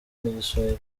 n’igiswahili